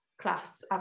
class